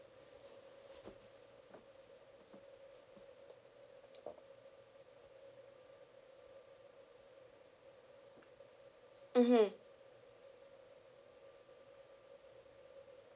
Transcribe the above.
mmhmm